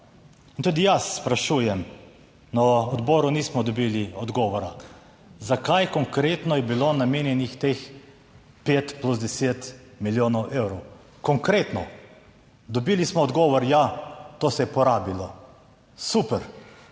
tudi jaz sprašujem, na odboru nismo dobili odgovora. Zakaj, konkretno, je bilo namenjenih teh 5 plus 10 milijonov evrov, konkretno. Dobili smo odgovor, ja, to se je porabilo. Super,